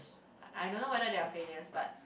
I don't know whether they are failures but